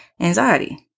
anxiety